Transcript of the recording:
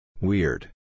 Weird